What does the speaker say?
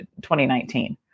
2019